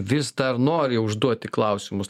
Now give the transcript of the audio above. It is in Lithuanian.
vis dar nori užduoti klausimus